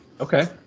Okay